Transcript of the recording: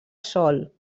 sol